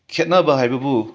ꯈꯦꯠꯅꯕ ꯍꯥꯏꯕꯕꯨ